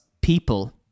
people